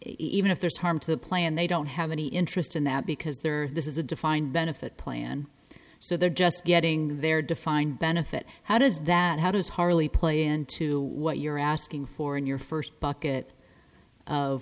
even if there's harm to the plan they don't have any interest in that because there is a defined benefit plan so they're just getting their defined benefit how does that how does harley play into what you're asking for in your first bucket of